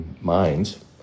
Minds